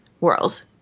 world